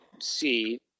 see